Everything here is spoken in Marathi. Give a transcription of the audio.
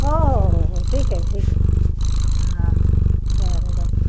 हो हो हो हो ठीक आहे ठीक आहे हां बरं बरं